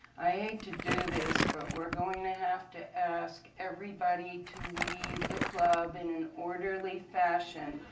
i hate to do this, but we're going to have to ask everybody to leave the club in an orderly fashion.